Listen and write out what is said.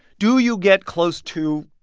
do you get close to,